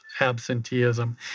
absenteeism